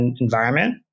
environment